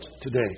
today